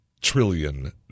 trillion